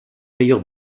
meilleur